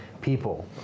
people